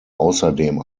außerdem